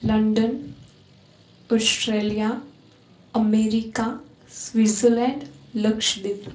London Australia America Switzerland Lakshadweep